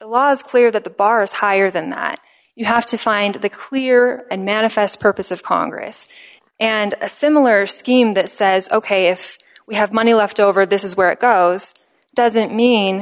is clear that the bar is higher than that you have to find the clear and manifest purpose of congress and a similar scheme that says ok if we have money left over this is where it goes doesn't mean